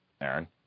Aaron